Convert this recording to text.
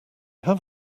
have